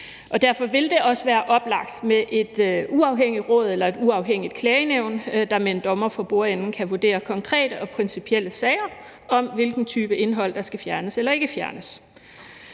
derfor vil det også være oplagt med et uafhængigt råd eller et uafhængigt klagenævn, der med en dommer for bordenden kan vurdere konkrete og principielle sager om, hvilken type indhold der skal fjernes eller ikke fjernes.